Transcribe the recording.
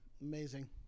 amazing